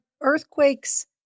earthquakes